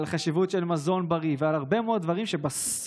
על החשיבות של מזון בריא ועל הרבה מאוד דברים שבסוף